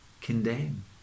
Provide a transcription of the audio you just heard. condemn